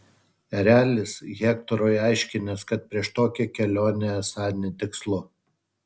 erelis hektorui aiškinęs kad prieš tokią kelionę esą netikslu